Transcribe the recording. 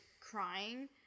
crying